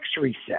reset